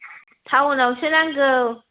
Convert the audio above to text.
टाउनावसो नांगौ